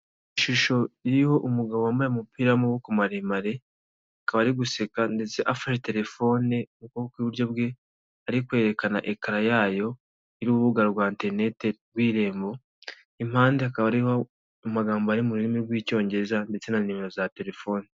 Ishusho iriho umugabo wambaye umupira wamaboko maremare akaba ari guseka ndetse afashe telefone mu kuboko kw'iburyo bwe ari kwerekana ekara yayo iriho urubuga rwa eterinete rw'irembo impande akaba ariho amagambo ari mu rurimi rw'icyongereza ndetse na numero za telefoni.